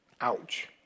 Ouch